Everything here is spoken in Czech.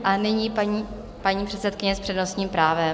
A nyní paní předsedkyně s přednostním právem.